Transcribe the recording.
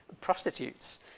prostitutes